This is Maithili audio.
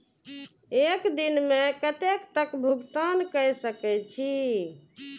एक दिन में कतेक तक भुगतान कै सके छी